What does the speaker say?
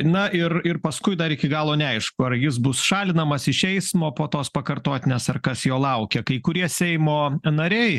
na ir ir paskui dar iki galo neaišku ar jis bus šalinamas iš eismo po tos pakartotinės ar kas jo laukia kai kurie seimo nariai